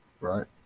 right